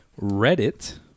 reddit